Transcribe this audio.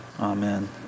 Amen